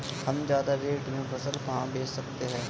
हम ज्यादा रेट में फसल कहाँ बेच सकते हैं?